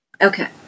Okay